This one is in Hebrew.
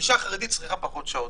אישה חרדית צריכה לעבוד פחות שעות.